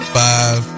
five